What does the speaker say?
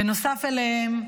בנוסף להם,